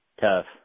tough